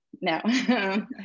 No